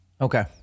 Okay